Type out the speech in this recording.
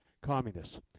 communists